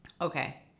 Okay